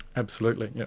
absolutely.